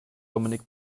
dominik